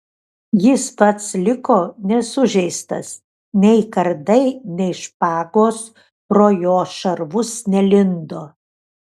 jis pats liko nesužeistas nei kardai nei špagos pro jo šarvus nelindo